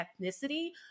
ethnicity